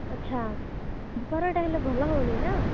ଆଚ୍ଛା ବେପାରଟା ହେଲେ ଭଲ ହେଉନି ନା